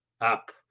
up